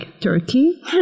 Turkey